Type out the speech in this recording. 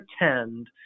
pretend